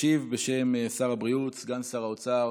ישיב בשם שר הבריאות סגן שר האוצר